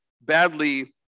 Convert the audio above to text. badly